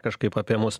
kažkaip apie mus